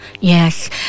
yes